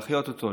להחיות אותו,